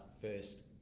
first